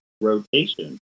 rotation